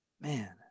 man